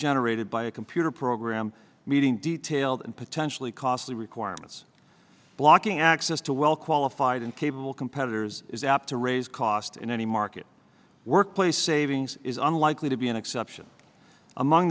generated by a computer program meeting detailed and potentially costly requirements blocking access to well qualified and capable competitors is apt to raise cost in any market workplace savings is unlikely to be an exception among